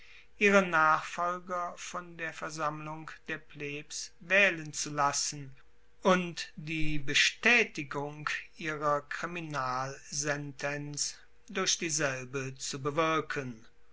ihre nachfolger von der versammlung der plebs waehlen zu lassen und die bestaetigung ihrer kriminalsentenz durch dieselbe zu bewirken